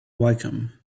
wycombe